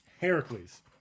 Heracles